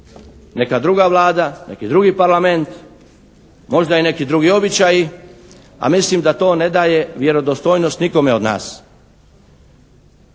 neka druga vlada, neki drugi parlament možda i neki drugi običaji, a mislim da to ne daje vjerodostojnost nikome od nas.